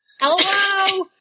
Hello